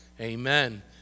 amen